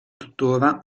tuttora